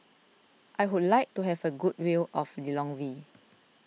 I would like to have a good view of Lilongwe